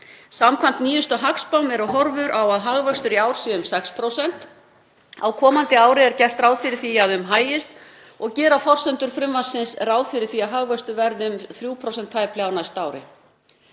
Samkvæmt nýjustu hagspám eru horfur á að hagvöxtur í ár sé um 6%. Á komandi ári er gert ráð fyrir því að um hægist og gera forsendur frumvarpsins ráð fyrir því að hagvöxtur verði tæplega 3%